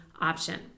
option